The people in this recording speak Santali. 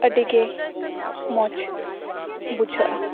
ᱟᱹᱰᱤ ᱜᱮ ᱢᱚᱡᱽ ᱵᱩᱡᱷᱟᱹᱜᱼᱟ